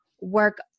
work